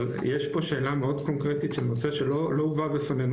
אבל יש פה שאלה מאוד קונקרטית של נושא שלא הובא בפנינו,